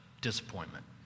disappointment